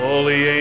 Holy